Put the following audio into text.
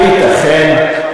הייתכן?